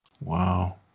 Wow